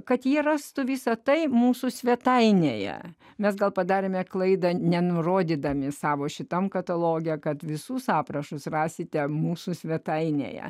kad ji rastų visą tai mūsų svetainėje mes gal padarėme klaidą nenurodydami savo šitam kataloge kad visus aprašus rasite mūsų svetainėje